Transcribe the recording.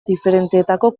diferentetako